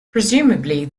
presumably